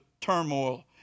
turmoil